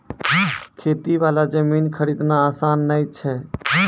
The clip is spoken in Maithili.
खेती वाला जमीन खरीदना आसान नय छै